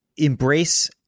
embrace